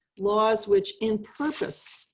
laws, which in purpose,